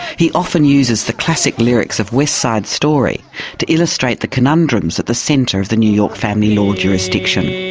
he often uses the classic lyrics of west side story to illustrate the conundrums at the centre of the new york family law jurisdiction.